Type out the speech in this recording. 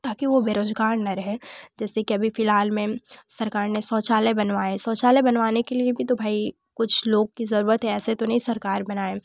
ताकि वह रोज़गार ना रहे जैसे कि अभी फिलहाल में सरकार ने शौचालय बनवाए शौचालय बनवाने के लिए कुद भाई कुछ लोग की ज़रूरत है ऐसे तो नहीं सरकार बनाए